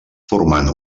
formant